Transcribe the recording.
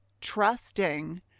trusting